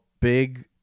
big